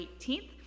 18th